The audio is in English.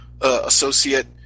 associate